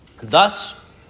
Thus